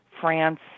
France